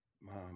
mom